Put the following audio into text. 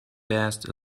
past